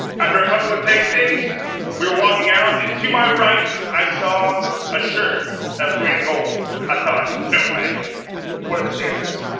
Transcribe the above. after a couple of tastings we were walking out and to my right i saw a shirt that was green and gold i thought no way what are the chances